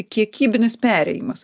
kiekybinis perėjimas